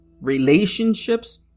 relationships